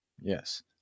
yes